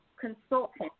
Consultant